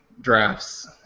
drafts